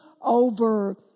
over